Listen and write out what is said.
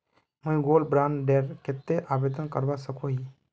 मुई gold bond डेर केते आवेदन करवा सकोहो ही?